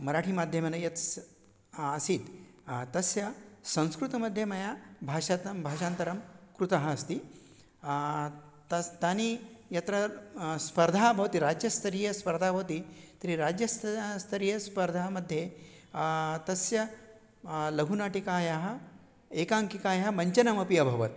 मराठिमाध्यमेन यत् सः आसीत् तस्य संस्कृतमध्ये मया भाषान्तरं भाषान्तरं कृतः अस्ति तस्य तानि यत्र स्पर्धा भवति राज्यस्तरीयस्पर्धा भवति तर्हि राज्यस्तरः स्तरीयस्पर्धा मध्ये तस्य लघुनाटिकायाः एकाङ्किकायाः मञ्चमपि अभवत्